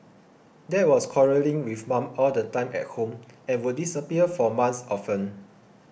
dad was quarrelling with mum all the time at home and would disappear for months often